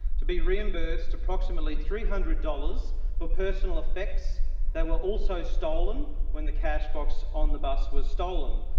to be reimbursed approximately three hundred dollars for personal effects that were also stolen when the cashbox on the bus was stolen.